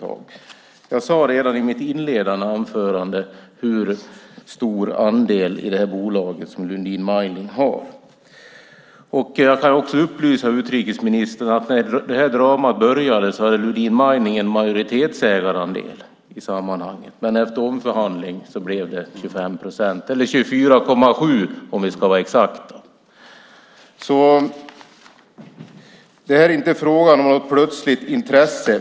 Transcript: Jag nämnde redan i mitt inledande anförande hur stor andel i det här bolaget som Lundin Mining har. Jag kan också upplysa utrikesministern om att Lundin Mining när det här dramat började hade en majoritetsägarandel i sammanhanget. Men efter omförhandling blev det 25 procent, eller 24,7 om vi ska vara exakta. Det är inte fråga om något plötsligt intresse.